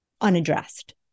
unaddressed